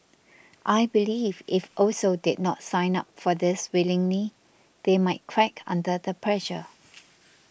I believe if also did not sign up for this willingly they might crack under the pressure